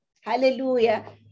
Hallelujah